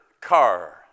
car